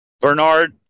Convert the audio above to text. Bernard